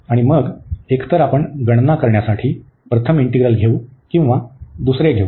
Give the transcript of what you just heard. आणि मग एकतर आपण गणना करण्यासाठी प्रथम इंटीग्रल घेऊ किंवा दुसरे घेऊ